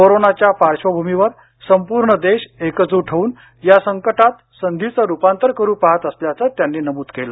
कोरोनाच्या पार्श्वभूमीवर संपूर्ण देश एकजूट होऊन या संकटाचं संधीत रुपांतर करू पाहत असल्याचं त्यांनी नमूद केलं